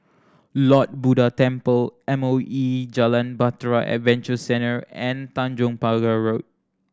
Lord Buddha Temple M O E Jalan Bahtera Adventure Centre and Tanjong Pagar Road